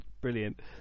Brilliant